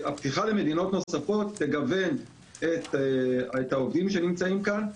הפתיחה למדינות נוספות תגוון את העובדים שנמצאים כאן,